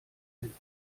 ein